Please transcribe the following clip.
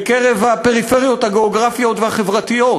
בקרב הפריפריות הגיאוגרפיות והחברתיות,